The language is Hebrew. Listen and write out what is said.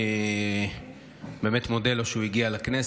אני באמת מודה לשר בן גביר שהוא הגיע לכנסת.